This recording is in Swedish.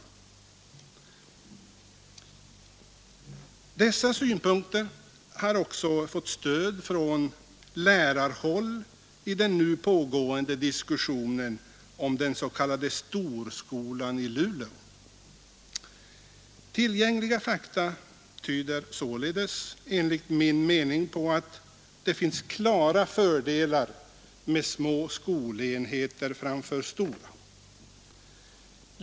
Dessa synpunkter har också fått stöd från lärarhåll i den nu pågående diskussionen om den s.k. storskolan i Luleå. Tillgängliga fakta tyder således på att det finns klara fördelar med små skolenheter framför stora.